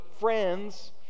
friends